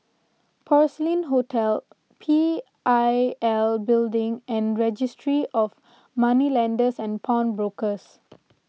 Porcelain Hotel P I L Building and Registry of Moneylenders and Pawnbrokers